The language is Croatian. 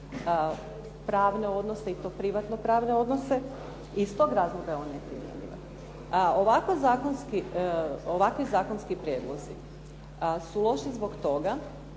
pravne odnose i to u privatno pravne odnose. Iz toga razloga je on je neprimjenjiva. Ovakvi zakonski prijedlozi su loši zbog toga